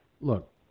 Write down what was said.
Look